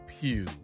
pew